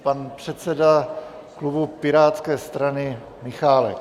Pan předseda klubu Pirátské strany Michálek.